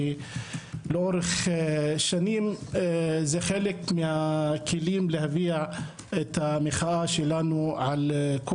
לאורך שנים זה חלק מהכלים להביע את המחאה שלנו על כל